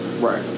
Right